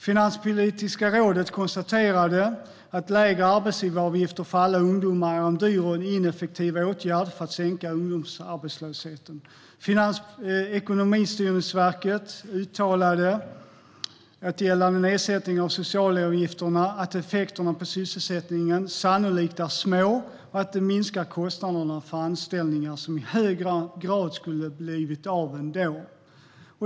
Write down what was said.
Finanspolitiska rådet konstaterade att lägre arbetsgivaravgifter för alla ungdomar var en dyr och ineffektiv åtgärd för att sänka ungdomsarbetslösheten. Ekonomistyrningsverket uttalade gällande nedsättningen av socialavgifterna att effekterna på sysselsättningen sannolikt är små och att den minskar kostnaderna för anställningar som i hög grad skulle ha blivit av ändå.